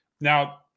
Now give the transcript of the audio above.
Now